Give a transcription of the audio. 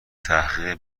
تحقیقی